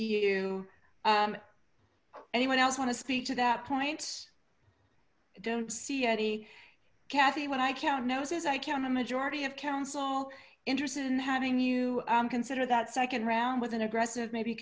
you anyone else want to speak to that point don't see eddie kathy when i count noses i count a majority of council interested in having you consider that second round with an aggressive maybe